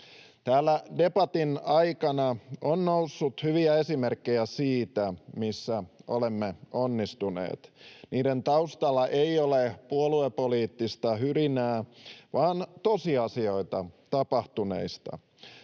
Täällä debatin aikana on noussut hyviä esimerkkejä siitä, missä olemme onnistuneet. Niiden taustalla ei ole puoluepoliittista hyrinää vaan tosiasioita tapahtuneista.